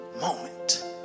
moment